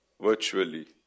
virtually